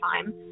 time